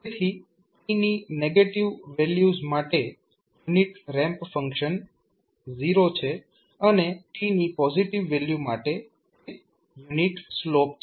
તેથી t ની negative values માટે યુનિટ રેમ્પ ફંક્શન 0 છે અને t ની પોઝિટિવ વેલ્યુ માટે તે યુનિટ સ્લોપ છે